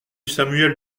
samuel